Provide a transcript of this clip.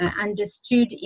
understood